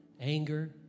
anger